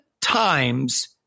times